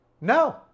No